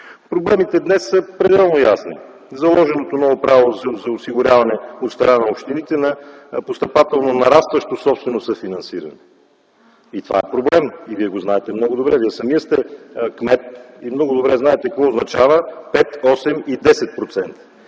Проблемите днес са пределно ясни - заложеното ново правило за осигуряване от страна на общините на постъпателно нарастващо собствено съфинансиране. Това е проблемът и Вие го знаете много добре. Вие самият сте кмет и много добре знаете какво означават 5, 8 и 10%.